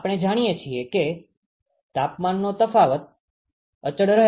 આપણે જાણીએ છીએ કે તાપમાનનો તફાવત અચળ રહે છે